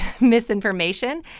misinformation